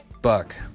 Buck